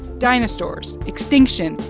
dinosaurs, extinction,